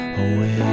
away